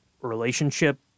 relationship